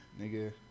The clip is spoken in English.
nigga